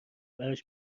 براش